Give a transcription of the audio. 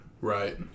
right